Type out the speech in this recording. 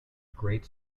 great